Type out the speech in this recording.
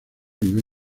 vive